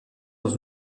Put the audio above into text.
dans